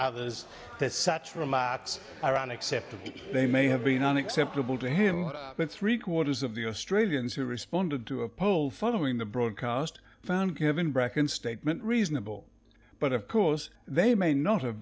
remarks around except they may have been unacceptable to him but three quarters of the australians who responded to a poll following the broadcast found given back in statement reasonable but of course they may not have